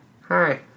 Hi